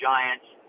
Giants